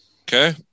Okay